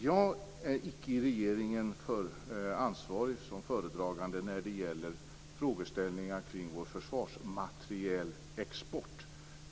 Jag är icke i regeringen ansvarig som föredragande när det gäller frågeställningar kring vår försvarsmaterielexport.